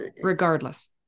regardless